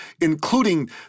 including